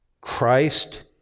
Christ